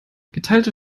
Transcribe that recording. geteilte